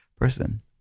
person